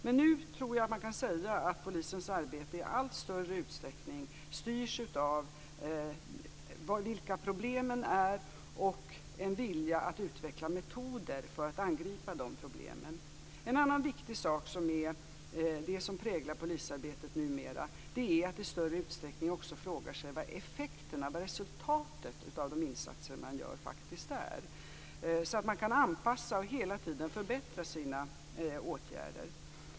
Men nu tror jag att jag kan säga att polisens arbete i allt större utsträckning styrs av vilka problemen är och en vilja att utveckla metoder för att angripa de problemen. En annan viktig sak som präglar polisarbetet numera är att man i större utsträckning också frågar sig vilka effekterna och resultatet av de insatser man gör faktiskt är, så att man kan anpassa och hela tiden förbättra sina åtgärder.